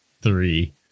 three